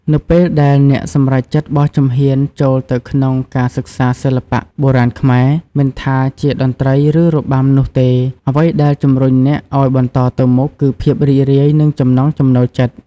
នៅពេលដែលអ្នកសម្រេចចិត្តបោះជំហានចូលទៅក្នុងការសិក្សាសិល្បៈបុរាណខ្មែរ មិនថាជាតន្ត្រី ឬរបាំនោះទេ អ្វីដែលជំរុញអ្នកឱ្យបន្តទៅមុខគឺ ភាពរីករាយ និងចំណង់ចំណូលចិត្ត។